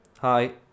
Hi